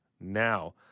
now